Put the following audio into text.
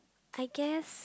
I guess